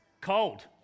cold